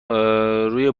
روی